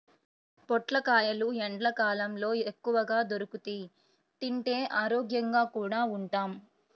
పొట్లకాయలు ఎండ్లకాలంలో ఎక్కువగా దొరుకుతియ్, తింటే ఆరోగ్యంగా కూడా ఉంటాం